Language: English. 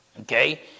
okay